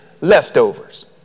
leftovers